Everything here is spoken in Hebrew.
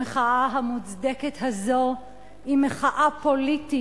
המחאה המוצדקת הזאת היא מחאה פוליטית.